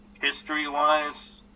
history-wise